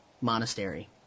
monastery